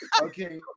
Okay